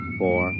four